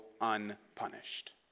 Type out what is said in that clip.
unpunished